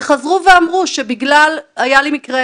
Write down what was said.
וחזרו ואמרו שבגלל היה לי מקרה,